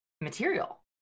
material